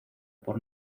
por